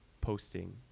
posting